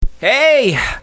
Hey